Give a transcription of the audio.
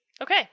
Okay